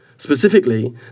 Specifically